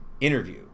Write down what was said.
interview